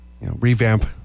revamp